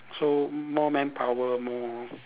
so more manpower more